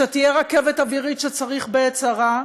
שתהיה רכבת אווירית כשצריך בעת צרה,